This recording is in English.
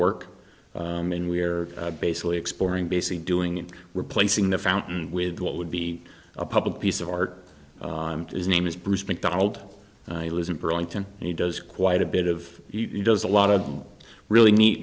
work and we're basically exploring basically doing and replacing the fountain with what would be a public piece of art is name is bruce mcdonald i listen pearlington and he does quite a bit of he does a lot of really neat